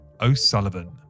O'Sullivan